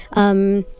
um,